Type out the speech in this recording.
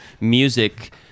Music